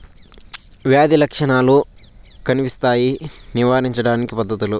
వ్యాధి లక్షణాలు కనిపిస్తాయి నివారించడానికి పద్ధతులు?